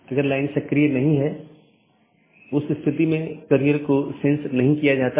या एक विशेष पथ को अमान्य चिह्नित करके अन्य साथियों को विज्ञापित किया जाता है